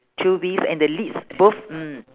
three wheels and their lids both mm